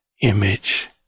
image